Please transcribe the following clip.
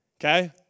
Okay